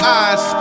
eyes